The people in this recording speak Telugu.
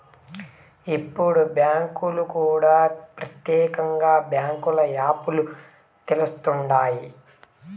ఇప్పుడు బ్యాంకులు కూడా ప్రత్యేకంగా బ్యాంకుల యాప్ లు తెస్తండాయి